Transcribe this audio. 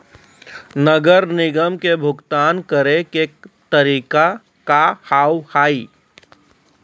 नगर निगम के भुगतान करे के तरीका का हाव हाई?